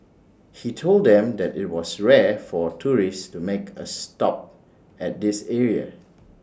he told them that IT was rare for tourists to make A stop at this area